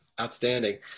outstanding